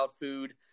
food